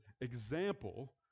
example